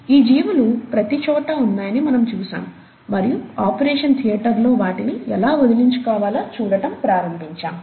ఈ జీవులు ప్రతిచోటా ఉన్నాయని మనము చూశాము మరియు ఆపరేషన్ థియేటర్లో వాటిని ఎలా వదిలించుకోవాలో చూడటం ప్రారంభించాము